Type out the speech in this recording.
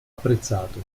apprezzato